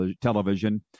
television